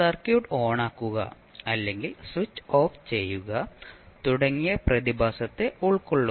circuit ഓണാക്കുക അല്ലെങ്കിൽ switch off ചെയ്യുക തുടങ്ങിയ പ്രതിഭാസത്തെ ഉൾക്കൊള്ളുന്നു